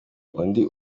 undi